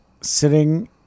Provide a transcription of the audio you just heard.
sitting